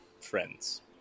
friends